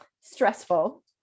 stressful